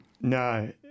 No